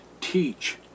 teach